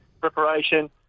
preparation